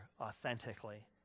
authentically